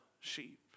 sheep